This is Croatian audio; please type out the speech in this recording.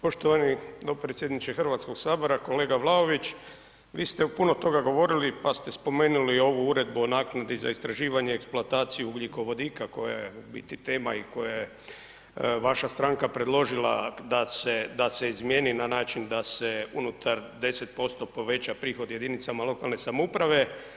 Poštovani dopredsjedniče Hrvatskoga sabora, kolega Vlaović vi ste u puno toga govorili pa ste spomenuli ovu Uredu o naknadi za istraživanje eksploataciju ugljikovodika koja je u biti tema i koju je vaša stranka predložila da se izmijeni na način da se unutar 10% poveća prihod jedinicama lokalne samouprave.